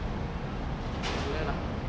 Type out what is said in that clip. தெரிலடா:therilada